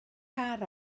car